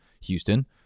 Houston